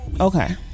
okay